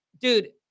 dude